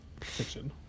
fiction